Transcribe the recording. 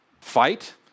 fight